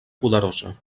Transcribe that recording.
poderosa